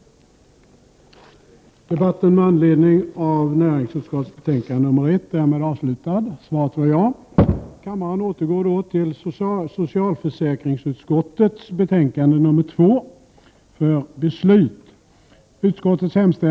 Returpapper m.m.